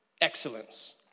Excellence